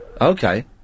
Okay